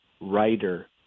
writer